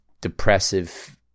depressive